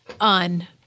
on